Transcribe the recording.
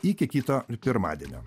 iki kito pirmadienio